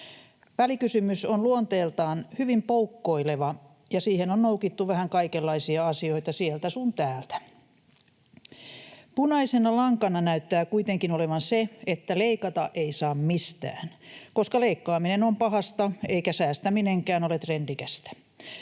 Välikysymys on luonteeltaan hyvin poukkoileva, ja siihen on noukittu vähän kaikenlaisia asioita sieltä sun täältä. Punaisena lankana näyttää kuitenkin olevan se, että leikata ei saa mistään, koska leikkaaminen on pahasta eikä säästäminenkään ole trendikästä.